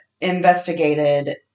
investigated